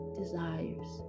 desires